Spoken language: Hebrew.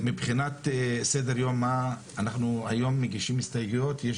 מבחינת סדר היום, אנחנו מגישים הסתייגויות היום?